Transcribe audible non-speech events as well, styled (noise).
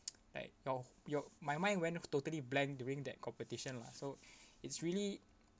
(noise) like your your my mind went totally blank during that competition lah so it's really